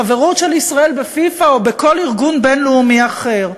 חברות של ישראל בפיפ"א או בכל ארגון בין-לאומי אחר.